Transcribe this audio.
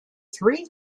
three